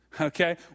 Okay